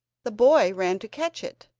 the boy ran to catch it,